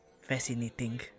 fascinating